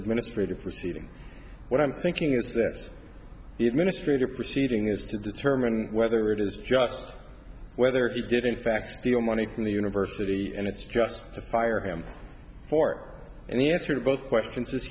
administrative proceeding what i'm thinking is that the administrator proceeding is to determine whether it is just whether he did in fact steal money from the university and it's just fired him for and the answer to both questions i